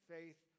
Faith